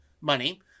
money